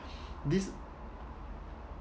this